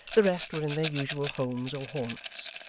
the rest were in their usual homes or haunts.